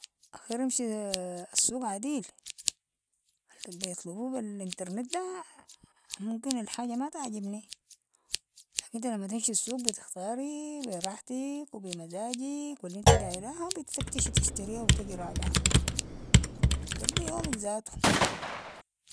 اخيرامشي السوق عديل، البيطلبو بي الانترنت ده ممكن الحاجة ما تعجبني، لكن انت لما تمشي السوق بختاري بي راحتك و بي مزاجك و الانتي دايراهو بتفتشي تشتريها و تجي راجعه، بتقضي يومك ذاتو.